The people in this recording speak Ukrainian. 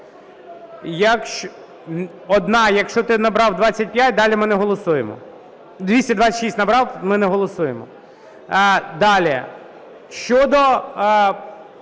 якщо ти набрав 25, далі ми не голосуємо.